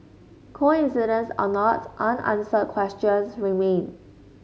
coincidence on not unanswered questions remain